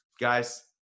Guys